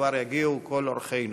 כשכבר יגיעו כל אורחינו.